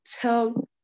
tell